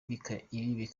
bikagerwaho